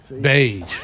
Beige